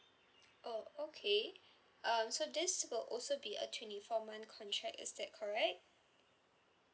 oh okay um so this will also be a twenty four month contract is that correct